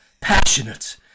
passionate